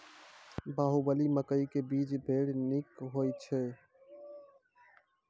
बाहुबली मकई के बीज बैर निक होई छै